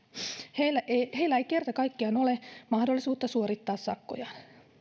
heillä ei heillä ei kertakaikkiaan ole mahdollisuutta suorittaa sakkojaan